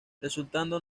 resultando